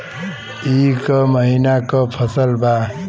ई क महिना क फसल बा?